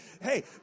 hey